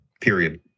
period